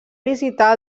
visitar